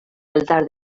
altar